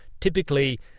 typically